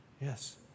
Yes